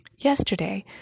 Yesterday